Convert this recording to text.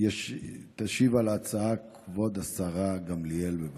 תשיב על ההצעה כבוד השרה גמליאל, בבקשה,